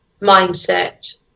mindset